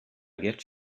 get